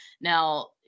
Now